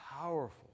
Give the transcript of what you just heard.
powerful